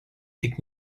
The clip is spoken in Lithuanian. tik